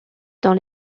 dans